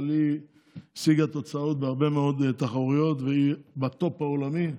אבל היא השיגה תוצאות בהרבה מאוד תחרויות והיא בטופ העולמי,